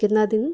کتنا دن